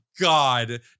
God